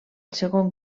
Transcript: segon